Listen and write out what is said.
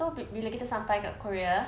so bila kita sampai kat korea